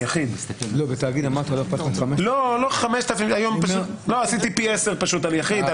פשוט הכפלתי ב-10 על יחיד,